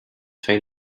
fins